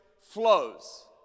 flows